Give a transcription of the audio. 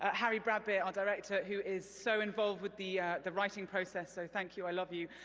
ah harry bradbeer, our director, who is so involved with the the writing process, so thank you, i love you.